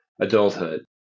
adulthood